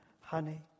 honey